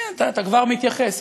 הנה, אתה כבר מתייחס.